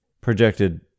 projected